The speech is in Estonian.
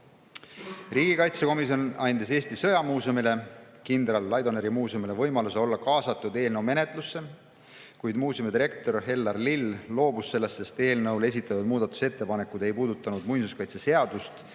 Pääsuke. Riigikaitsekomisjon andis Eesti Sõjamuuseumile, kindral Laidoneri muuseumile, võimaluse olla kaasatud eelnõu menetlusse, kuid muuseumi direktor Hellar Lill loobus sellest, sest esitatud muudatusettepanekud ei puudutanud muinsuskaitseseadust